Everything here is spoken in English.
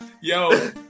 yo